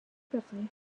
berechnung